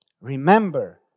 Remember